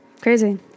Crazy